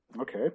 okay